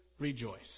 Rejoice